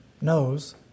knows